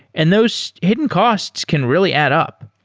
and those hidden costs can really add up.